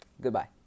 Goodbye